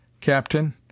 Captain